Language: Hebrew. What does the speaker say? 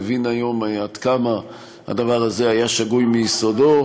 מבין היום עד כמה הדבר הזה היה שגוי מיסודו.